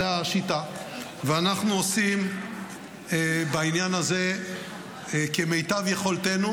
זו השיטה, ואנחנו עושים בעניין הזה כמיטב יכולתנו.